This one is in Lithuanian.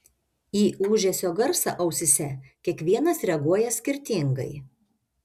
į ūžesio garsą ausyse kiekvienas reaguoja skirtingai